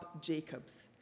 Jacobs